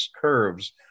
curves